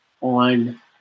on